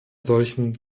solchen